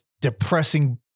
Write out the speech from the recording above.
depressing